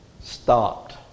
stopped